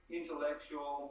intellectual